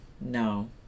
no